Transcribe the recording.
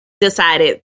decided